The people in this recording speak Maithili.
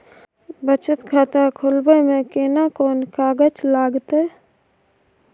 बचत खाता खोलबै में केना कोन कागज लागतै?